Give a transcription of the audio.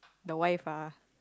the wife ah